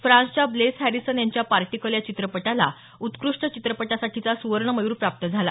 फ्रान्सच्या Blaise Harrison यांच्या particle या चित्रपटाला उत्कृष्ट चित्रपटासाठीचा सुवर्ण मयुर प्राप्त झाला